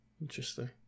interesting